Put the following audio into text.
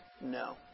no